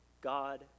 God